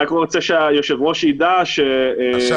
אני רק רוצה שהיושב-ראש ידע --- עכשיו לא רק אני יודע.